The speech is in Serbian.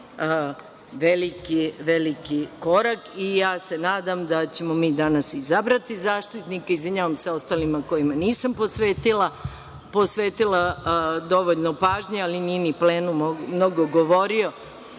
veliki korak. Ja se nadam da ćemo mi danas izabrati Zaštitnika građana. Izvinjavam se ostalima kojima nisam posvetila dovoljno pažnje, ali nije ni plenum mnogo govorio